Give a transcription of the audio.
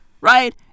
right